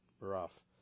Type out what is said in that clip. rough